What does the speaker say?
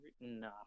No